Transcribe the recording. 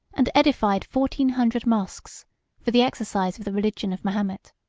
and edified fourteen hundred moschs for the exercise of the religion of mahomet.